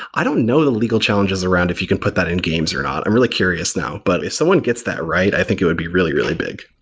i don't know the legal challenges around if you can put that in games or not. i'm really curious now, but if someone gets that right, i think it would be really, really bit.